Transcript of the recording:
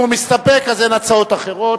אם הוא מסתפק, אין הצעות אחרות,